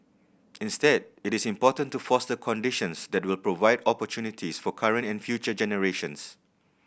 instead it is important to foster conditions that will provide opportunities for current and future generations